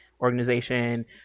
organization